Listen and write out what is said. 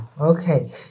okay